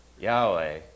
Yahweh